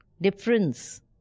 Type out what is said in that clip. Difference